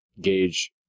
gauge